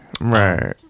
right